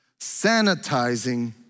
sanitizing